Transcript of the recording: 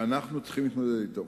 ואנחנו צריכים להתמודד אתו".